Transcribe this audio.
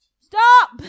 Stop